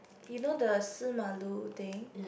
you know the 四马路 thing